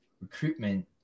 recruitment